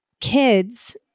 kids